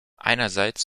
einerseits